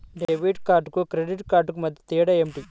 Debit కార్డుకు credit కార్డుకు మధ్య తేడా ఏమిటీ?